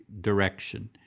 direction